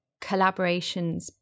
collaborations